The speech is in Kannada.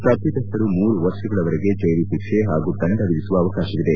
ತಪ್ಪಿತಸ್ಥರಿಗೆ ಮೂರು ವರ್ಷಗಳವರೆಗೆ ಜ್ವೆಲು ಶಿಕ್ಷೆ ಪಾಗೂ ದಂಡ ವಿಧಿಸುವ ಅವಕಾಶವಿದೆ